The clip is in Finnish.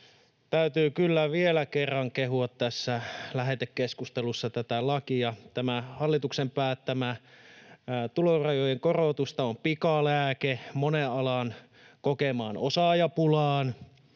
Täytyy kyllä vielä kerran kehua tässä lähetekeskustelussa tätä lakia. Tämä hallituksen päättämä tulorajojen korotus on pikalääke monen alan kokemaan osaajapulaan.